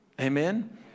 Amen